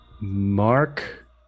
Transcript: Mark